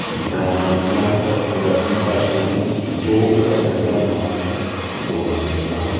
ਬਣਾਉਣਾ ਚਾਹੁੰਦਾ ਹਾਂ ਔਰ ਪੰਜਾਬੀ ਭਾਸ਼ਾ ਨੂੰ ਜੋ ਉਹਦਾ ਬਣਦਾ ਮੁਕਾਮ ਹੈ ਦੁਆਣਾ ਚਾਹੁੰਦਾ ਹਾਂ